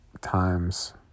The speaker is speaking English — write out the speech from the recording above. times